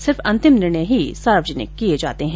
सिर्फ अंतिम निर्णय ही सार्वजनिक किये जाते हैं